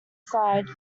side